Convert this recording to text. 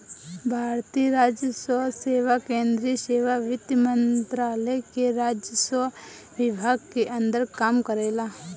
भारतीय राजस्व सेवा केंद्रीय सेवा वित्त मंत्रालय के राजस्व विभाग के अंदर काम करेला